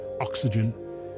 oxygen